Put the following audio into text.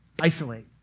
isolate